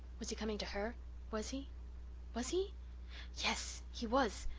was he coming to her was he was he yes, he was!